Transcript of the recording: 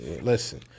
Listen